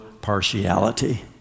partiality